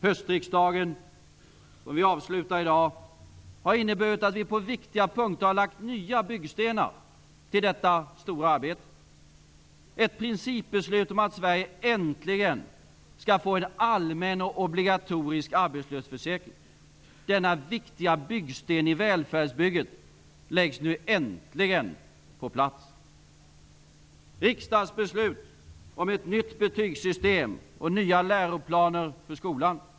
Höstriksdagen, som vi avslutar i dag, har inneburit att vi på viktiga punkter har lagt nya byggstenar till detta stora arbete. Riksdagen har fattat ett principbeslut om att Sverige äntligen skall få en allmän och obligatorisk arbetslöshetsförsäkring. Denna viktiga byggsten i välfärdsbygget läggs nu äntligen på plats. Det har fattats ett riskdagsbeslut om ett nytt betygssystem och nya läroplaner för skolan.